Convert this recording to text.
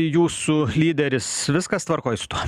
jūsų lyderis viskas tvarkoj su tuo